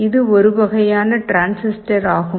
இது ஒரு வகையான டிரான்சிஸ்டர் ஆகும்